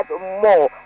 more